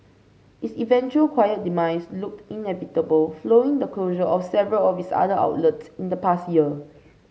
its eventual quiet demise looked inevitable following the closure of several of its other outlets in the past year